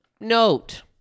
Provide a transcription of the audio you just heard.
note